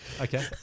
Okay